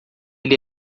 ele